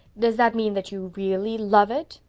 does that mean that you really love it?